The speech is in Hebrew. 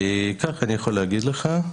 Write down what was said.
אני אגיד לך,